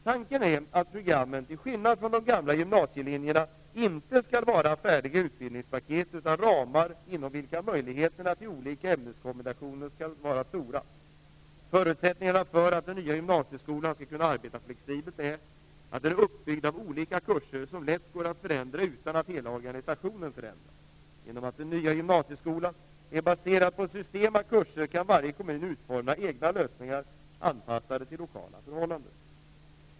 Tanken är att programmen, till skillnad från de gamla gymnasielinjerna, inte skall vara färdiga utbildningspaket, utan ramar inom vilka möjligheterna till olika ämneskombinationer skall vara stora. Förutsättningarna för att den nya gymnasieskolan skall kunna arbeta flexibelt är att den är uppbyggd av olika kurser, som lätt går att förändra utan att hela organisationen förändras. Genom att den nya gymnasieskolan är baserad på ett system av kurser, kan varje kommun utforma egna lösningar anpassade till lokala förhållanden.